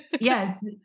Yes